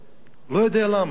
יכול להיות שבמקום אחר,